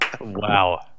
Wow